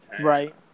right